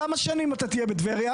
כמה שנים אתה תהיה בטבריה?